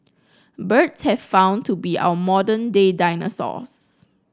birds have found to be our modern day dinosaurs